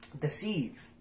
deceive